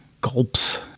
gulps